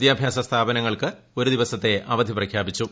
വിദ്യാഭ്യാസ സ്ഥാപനങ്ങൾക്ക് ഒരു ദിവസത്തെ അവധി പ്രഖ്യാപിച്ചു